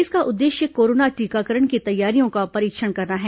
इसका उद्देश्य कोरोना टीकाकरण की तैयारियों का परीक्षण करना है